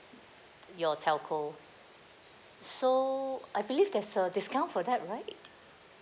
your telco so I believe there's a discount for that right